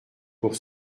pour